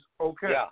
okay